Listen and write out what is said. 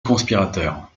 conspirateur